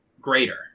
greater